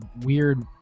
weird